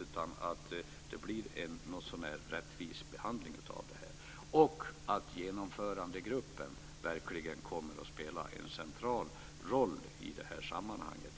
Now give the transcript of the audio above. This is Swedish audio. utan att det blir en någotsånär rättvis behandling av det här. Det krävs också att Genomförandegruppen verkligen kommer att spela en central roll i det här sammanhanget.